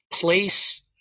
place